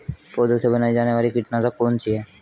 पौधों से बनाई जाने वाली कीटनाशक कौन सी है?